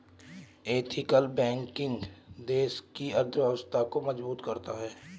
ethical banking देश की अर्थव्यवस्था को मजबूत करता है